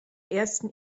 ersten